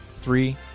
three